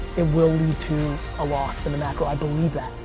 it will lead to a loss in the macro, i believe that.